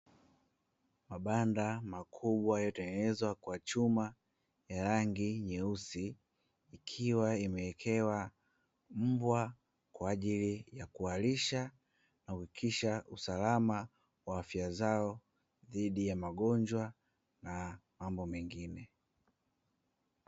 Mabanda makubwa yaliyotengenezwa kwa chuma ya rangi nyeusi, yakiwa yamewekewa mbwa kwa ajili ya kuwalisha na kuhakikisha usalama wa afya zao dhidi ya magonjwa na mambo mengine.